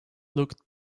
looked